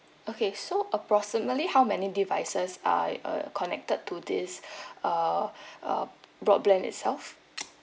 okay so approximately how many devices are uh connected to this err err broadband itself